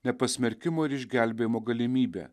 nepasmerkimo ir išgelbėjimo galimybė